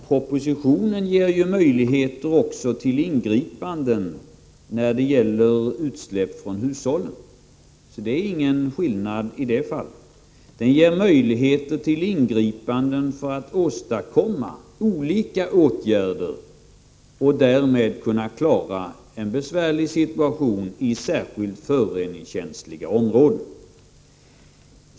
Fru talman! Jag vill säga till Lennart Brunander att propositionen ger möjligheter till ingripanden också när det gäller utsläpp från hushållen. Det är ingen skillnad gentemot jordbruket i det avseendet.